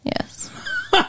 Yes